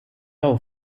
low